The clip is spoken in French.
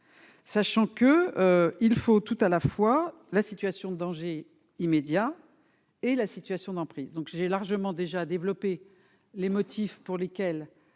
sachant que, il faut tout à la fois la situation danger immédiat et la situation d'emprise, donc j'ai largement déjà développé les motifs pour lesquels